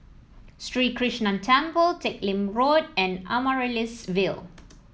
Sri Krishnan Temple Teck Lim Road and Amaryllis Ville